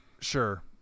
Sure